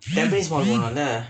tampinies mall போனும்ல:poonumla